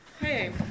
Hey